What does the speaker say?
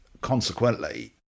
consequently